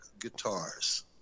guitars